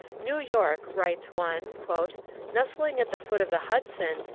new york, writes one, nestling at the foot of the hudson,